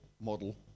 model